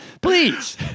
Please